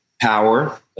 power